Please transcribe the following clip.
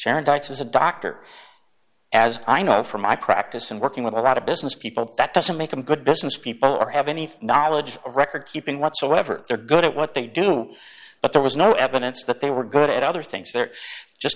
sandboxes a doctor as i know from my practice and working with a lot of business people that doesn't make them good businesspeople or have anything knowledge or record keeping whatsoever they're good at what they do but there was no evidence that they were good at other things th